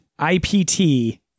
IPT